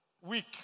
week